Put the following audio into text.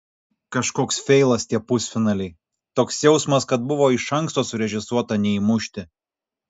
kažkoks feilas tie pusfinaliai toks jausmas kad buvo iš anksto surežisuota neįmušti